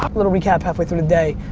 ah little recap halfway through the day.